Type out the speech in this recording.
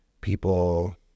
people